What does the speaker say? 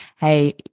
hey